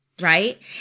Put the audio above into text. right